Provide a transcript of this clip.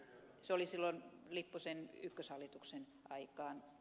se oli silloin lipposen ykköshallituksen aikaan